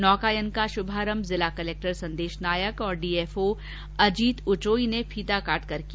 नौकायान का शुभारंभ जिला कलेक्टर संदेश नायक और डीएफओ अजीत उचोई ने फीता काटकर किया